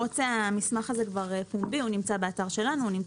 מסמך הזה הוא פומבי, הוא נמצא באתר שלנו.